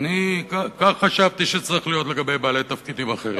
כך חשבתי שצריך להיות לגבי בעלי תפקידים אחרים,